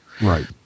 right